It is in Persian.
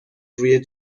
روی